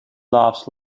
laughs